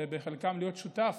ובחלקן להיות שותף,